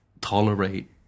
tolerate